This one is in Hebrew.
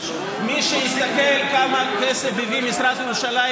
מי שלמשל יסתכל כמה כסף הביא משרד ירושלים